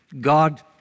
God